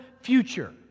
future